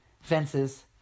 Fences